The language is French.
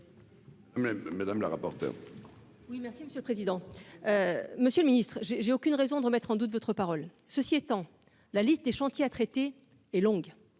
Madame la rapporteure. Oui, merci Monsieur le président, Monsieur le Ministre, j'ai j'ai aucune raison de remettre en doute votre parole, ceci étant, la liste des chantiers à traiter et longue